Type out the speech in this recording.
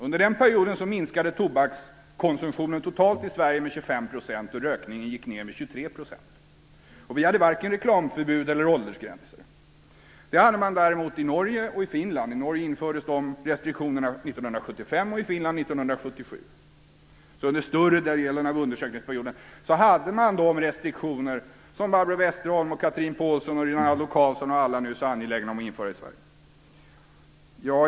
Under den perioden minskade tobakskonsumtionen totalt i Sverige med 25 %, och rökningen gick ned med 23 %. Vi hade varken reklamförbud eller åldersgränser. Det hade man däremot i Norge och i Finland. I Norge infördes restriktionerna 1975, och i Finland 1977. Under större delen av undersökningsperioden hade man de restriktioner som Barbro Westerholm, Chatrine Pålsson, Rinaldo Karlsson och alla andra nu är så angelägna om att införa i Sverige.